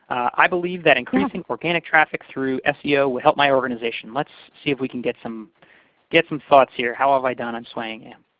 i believe that increasing organic traffic through seo would help my organization. let's see if we can get some get some thoughts, here. how have i done in swaying and